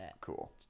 Cool